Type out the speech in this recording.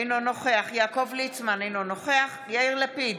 אינו נוכח יעקב ליצמן, אינו נוכח יאיר לפיד,